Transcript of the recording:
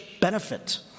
benefit